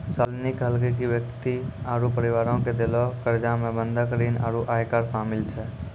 शालिनी कहलकै कि व्यक्ति आरु परिवारो के देलो कर्जा मे बंधक ऋण आरु आयकर शामिल छै